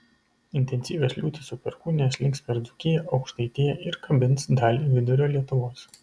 intensyvios liūtys su perkūnija slinks per dzūkiją aukštaitiją ir kabins dalį vidurio lietuvos